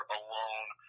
alone